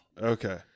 okay